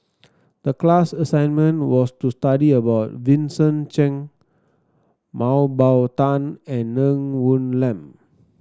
the class assignment was to study about Vincent Cheng Mah Bow Tan and Ng Woon Lam